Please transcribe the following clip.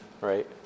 right